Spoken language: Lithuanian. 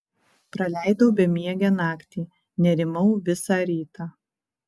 praleidau bemiegę naktį nerimau visą rytą